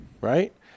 Right